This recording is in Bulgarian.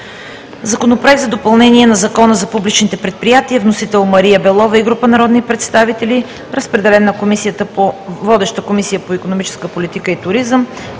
Законопроект за допълнение на Закона за публичните предприятия. Вносители – Мария Белова и група народни представители. Водеща е Комисията по икономическа политика и туризъм.